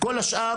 כל השאר